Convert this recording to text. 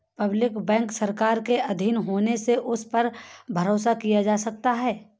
public bank सरकार के आधीन होने से उस पर भरोसा किया जा सकता है